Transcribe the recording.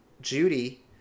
Judy